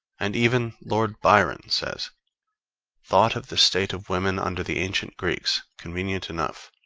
and even lord byron says thought of the state of women under the ancient greeks convenient enough.